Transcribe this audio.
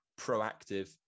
proactive